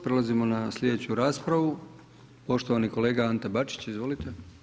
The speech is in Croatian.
Prelazimo na sljedeću raspravu, poštovani kolega Ante Bačić, izvolite.